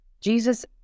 Jesus